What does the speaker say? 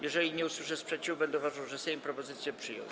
Jeżeli nie usłyszę sprzeciwu, będę uważał, że Sejm propozycję przyjął.